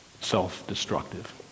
self-destructive